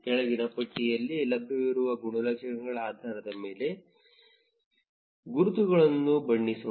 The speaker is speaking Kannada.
ಕೆಳಗಿನ ಪಟ್ಟಿಯಲ್ಲಿ ಲಭ್ಯವಿರುವ ಗುಣಲಕ್ಷಣಗಳ ಆಧಾರದ ಮೇಲೆ ಗುರುತುಗಳನ್ನು ಬಣ್ಣಿಸೋಣ